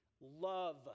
Love